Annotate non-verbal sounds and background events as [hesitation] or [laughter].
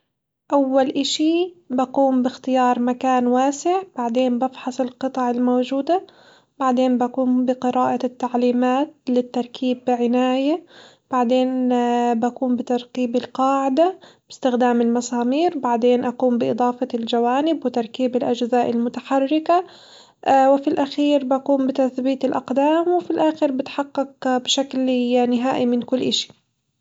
أول إشي بقوم باختيار مكان واسع بعدين بفحص القطع الموجودة بعدين بقوم بقراءة التعليمات للتركيب بعناية، بعدين [hesitation] بقوم بتركيب القاعدة باستخدام المسامير وبعدين أقوم بإضافة الجوانب وتركيب الأجزاء المتحركة، [hesitation] وفي الأخير بقوم بتثبيت الأقدام وفي الآخر بتحقق بشكل [hesitation] نهائي من كل إشي.